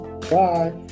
Bye